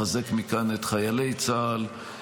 לחזק מכאן את חיילי צה"ל,